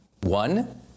One